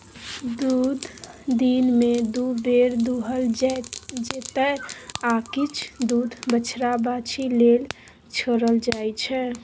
दुध दिनमे दु बेर दुहल जेतै आ किछ दुध बछ्छा बाछी लेल छोरल जाइ छै